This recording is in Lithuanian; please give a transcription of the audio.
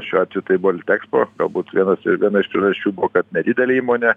šiuo atveju tai buvo litekspo galbūt vienas viena iš priežasčių buvo kad nedidelė įmonė